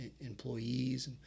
employees